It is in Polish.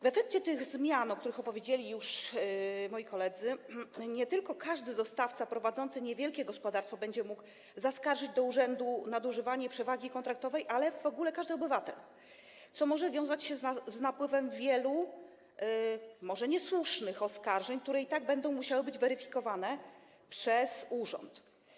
W efekcie tych zmian, o których opowiedzieli już moi koledzy, nie tylko każdy dostawca prowadzący niewielkie gospodarstwo będzie mógł zaskarżyć do urzędu nadużywanie przewagi kontraktowej, ale w ogóle każdy obywatel, co może wiązać się z napływem wielu może niesłusznych oskarżeń, które i tak będą musiały być weryfikowane przez urząd.